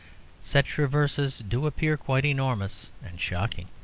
such reverses do appear quite enormous and shocking.